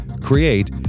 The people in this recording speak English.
create